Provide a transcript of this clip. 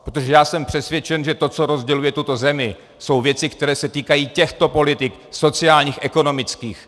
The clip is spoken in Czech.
Protože já jsem přesvědčen, že to, co rozděluje tuto zemi, jsou věci, které se týkají těchto politik, sociálních, ekonomických.